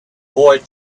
boy